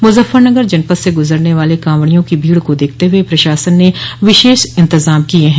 मुजफ्फरनगर जनपद से गुजरने वाले कावंड़ियों की भीड़ को देखते हुए प्रशासन ने विशेष इंतजाम किये हैं